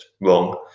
wrong